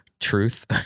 Truth